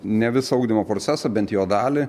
ne visą ugdymo procesą bent jo dalį